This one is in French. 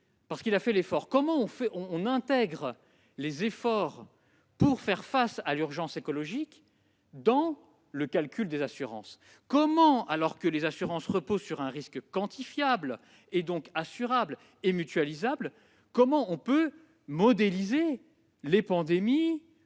paye la même prime que lui. Comment intégrer les efforts pour faire face à l'urgence écologique dans le calcul des assurances ? Alors que les assurances reposent sur un risque quantifiable, donc assurable et mutualisable, comment modéliser les pandémies,